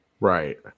right